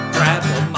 Travel